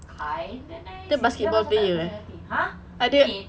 kinda nice dia macam tak ada personality !huh! nick